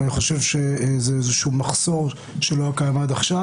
ואני חושב שזה חוסר שזה לא היה עד עכשיו.